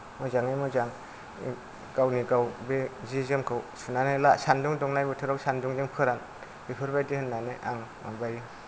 मोजाङै मोजां गावनि गाव बे जि जोमखौ सुनानै ला सानदुं दुंनाय बोथोराव सान्दुंजों फोरान बेफोरबायदि होन्नानै आं माबायो